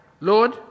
Lord